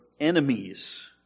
enemies